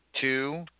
two